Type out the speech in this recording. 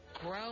Grow